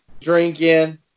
drinking